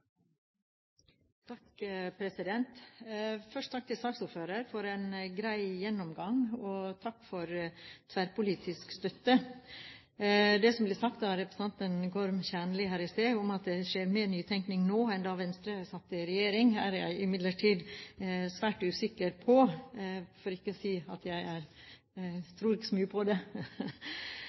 Først takk til saksordføreren for en grei gjennomgang, og takk for tverrpolitisk støtte. Det som ble sagt av representanten Gorm Kjernli her i sted om at det skjer mer ny tenkning nå enn da Venstre satt i regjering, er jeg imidlertid svært usikker på, for ikke å si at jeg ikke tror så mye på det.